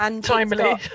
timely